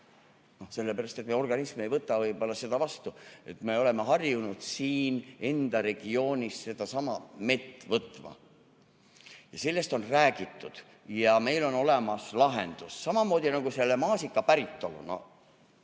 Sellepärast, et meie organism ei võta võib-olla seda vastu. Me oleme harjunud siin enda regioonist mett võtma. Sellest on räägitud ja meil on olemas lahendus. Samamoodi nagu maasika päritoluga.